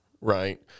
right